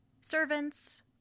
servants